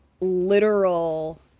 literal